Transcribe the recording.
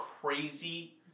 crazy